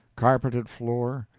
carpeted floor,